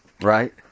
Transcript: Right